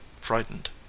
frightened